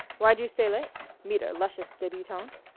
why'd you stay late? meet a luscious debutante?